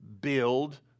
build